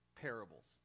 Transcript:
parables